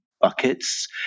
buckets